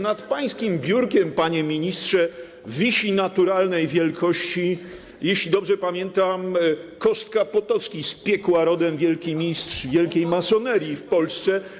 Nad pańskim biurkiem, panie ministrze, wisi naturalnej wielkości, jeśli dobrze pamiętam, Kostka Potocki z piekła rodem, wielki mistrz wielkiej masonerii w Polsce.